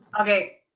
Okay